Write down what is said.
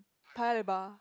Paya-Lebar